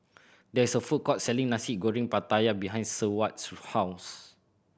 there is a food court selling Nasi Goreng Pattaya behind Seward's house